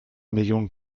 millionen